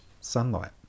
sunlight